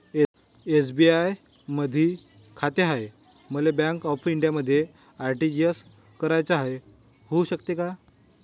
SBI मधी खाते हाय, मले बँक ऑफ इंडियामध्ये आर.टी.जी.एस कराच हाय, होऊ शकते का?